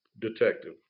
detective